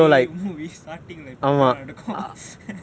movie starting லே இப்படிதான் நடக்கும்:lae ippadithaan nadakkum